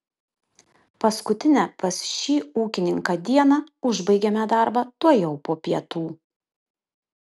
paskutinę pas šį ūkininką dieną užbaigėme darbą tuojau po pietų